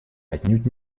отнюдь